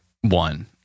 one